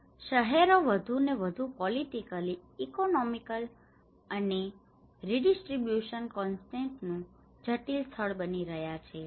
video પ્રારંભ સમય 2437 શહેરો વધુને વધુ પોલિટિકલી ઇકોનોમિક અને રિડિસ્ટ્રીબ્યુશન કોન્ટેસ્ટેસન નું જટિલ સ્થળ બની રહ્યા છે